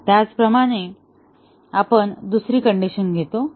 त्याचप्रमाणे आपण दुसरी कंडिशन घेतो